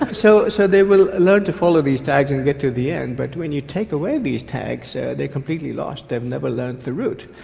ah so so they will learn to follow these tags and get to the end. but when you take away these tags they're completely lost, they've never learned the route.